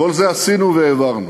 כל זה עשינו והעברנו,